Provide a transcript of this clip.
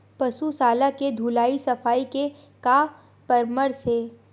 पशु शाला के धुलाई सफाई के का परामर्श हे?